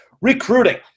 recruiting